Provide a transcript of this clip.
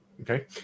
Okay